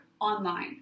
online